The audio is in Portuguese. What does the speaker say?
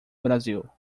brasil